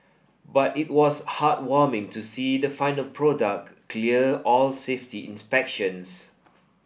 but it was heartwarming to see the final product clear all safety inspections